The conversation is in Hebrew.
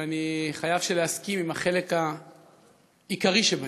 ואני חייב להסכים לחלק העיקרי שבהם.